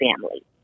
family